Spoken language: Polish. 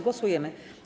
Głosujemy.